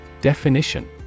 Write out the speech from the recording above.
Definition